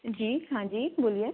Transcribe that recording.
जी हाँ जी बोलिए